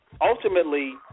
ultimately